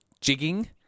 jigging